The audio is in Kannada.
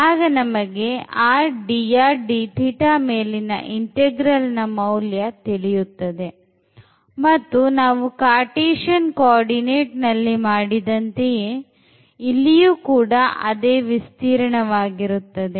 ಆಗ ನಮಗೆ rdrdθಮೇಲಿನ integralನ ಮೌಲ್ಯ ತಿಳಿಯುತ್ತದೆ ಮತ್ತು ನಾವು cartesian coordinateನಲ್ಲಿ ಮಾಡಿದಂತೆ ಇಲ್ಲಿಯೂ ಕೂಡ ಅದೇ ವಿಸ್ತೀರ್ಣ ವಾಗಿರುತ್ತದೆ